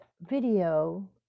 video